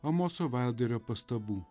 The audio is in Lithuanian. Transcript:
amoso vailderio pastabų